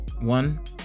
one